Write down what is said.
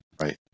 right